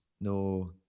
no